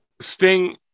Sting